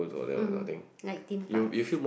mm like theme parks